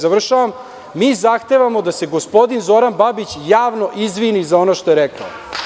Završavam, mi zahtevamo da se gospodin Zoran Babić javno izvini za ono što je rekao.